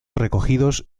recogidos